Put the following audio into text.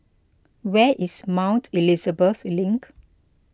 where is Mount Elizabeth Link